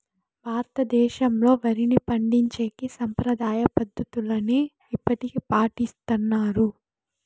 భారతదేశంలో, వరిని పండించేకి సాంప్రదాయ పద్ధతులనే ఇప్పటికీ పాటిస్తన్నారు